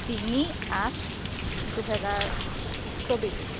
তিনি আঠ দুহেজাৰ চৌবিছ